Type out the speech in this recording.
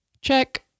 Check